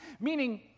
Meaning